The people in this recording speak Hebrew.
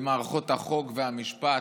במערכות החוק והמשפט,